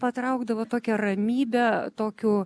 patraukdavo tokią ramybę tokiu